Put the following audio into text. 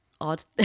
odd